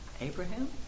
Abraham